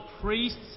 priests